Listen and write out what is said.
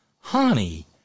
Honey